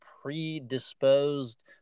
predisposed